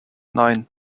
nine